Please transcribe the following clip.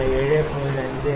55